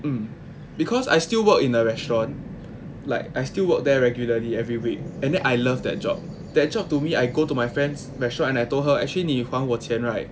um because I still work in a restaurant like I still work there regularly every week and then I love that job that job to me I go to my friends restaurant and I told her actually 你还我钱 right